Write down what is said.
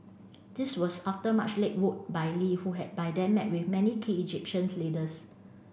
this was after much legwork by Lee who had by then met with many key Egyptian leaders